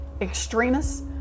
extremists